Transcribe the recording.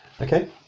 okay